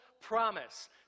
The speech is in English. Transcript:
promise